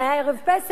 זה היה ערב פסח,